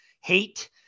hate